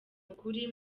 kuri